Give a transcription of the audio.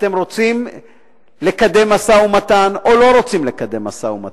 אתם רוצים לקדם משא-ומתן או לא רוצים לקדם משא-ומתן?